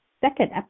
second